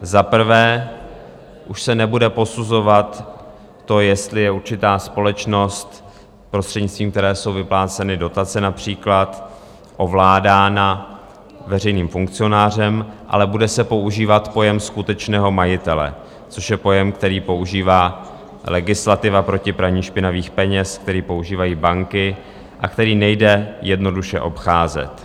Za prvé, už se nebude posuzovat to, jestli je určitá společnost, prostřednictvím které jsou vypláceny dotace například, ovládána veřejným funkcionářem, ale bude se používat pojem skutečného majitele, což je pojem, který používá legislativa proti praní špinavých peněz, který používají banky a který nejde jednoduše obcházet.